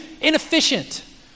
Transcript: inefficient